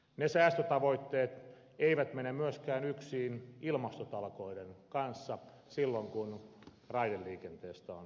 ne säästötavoitteet eivät mene myöskään yksiin ilmastotalkoiden kanssa silloin kun raideliikenteestä on kysymys